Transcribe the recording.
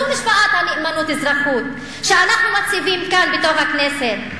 זו משוואת הנאמנות אזרחות שאנחנו מציבים כאן בתוך הכנסת.